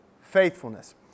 faithfulness